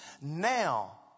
now